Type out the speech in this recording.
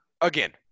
again